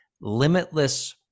Limitless